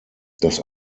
dass